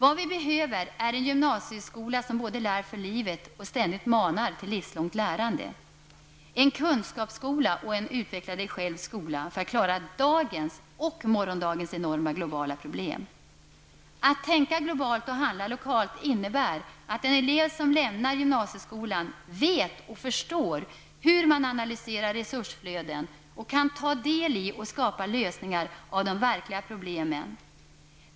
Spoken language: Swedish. Vad vi behöver är en gymnasieskola som både lär för livet och ständigt manar till ett livslångt lärande, en kunskapsskola och en utveckla-dig-själv-skola för att klara dagens och morgondagens enorma globala problem. Att tänka globalt och handla lokalt innebär att en elev som lämnar gymnasieskolan vet och förstår hur man analyserar resursflöden och kan ta del i och skapa lösningar av de verkliga problemen.